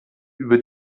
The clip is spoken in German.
über